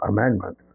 Amendment